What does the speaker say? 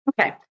Okay